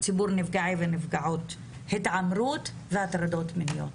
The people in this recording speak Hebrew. את ציבור נפגעי ונפגעות התעמרות והטרדות מיניות.